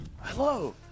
Hello